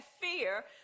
fear